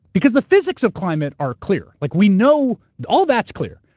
because the physics of climate are clear, like we know. all that's clear.